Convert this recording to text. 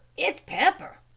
it's pepper!